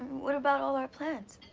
what about all our plans?